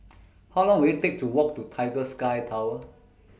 How Long Will IT Take to Walk to Tiger Sky Tower